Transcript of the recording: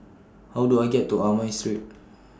How Do I get to Amoy Street